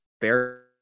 bear